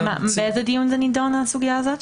באיזה דיון הסוגיה הזאת נידונה?